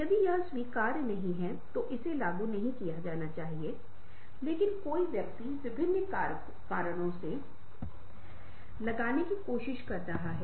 यहाँ एक और कविता है इसके पास एक यांत्रिक गुण है जैसे कि कोई इस कविता को टाइप करता है